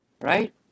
right